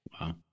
Wow